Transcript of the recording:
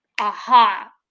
aha